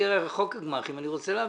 את חוק הגמ"חים אני רוצה להעביר,